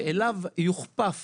ואליו יוכפף